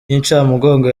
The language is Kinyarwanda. y’incamugongo